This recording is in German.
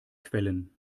quellen